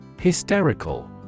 Hysterical